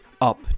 up